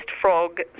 frog